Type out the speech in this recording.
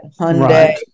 Hyundai